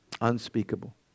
Unspeakable